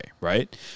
right